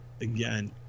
again –